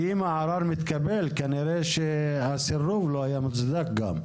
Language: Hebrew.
כי אם הערר מתקבל כנראה שהסירוב גם לא היה מוצדק.